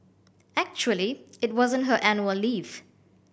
actually it wasn't her annual leave